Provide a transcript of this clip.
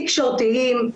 תקשורתיים,